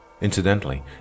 Incidentally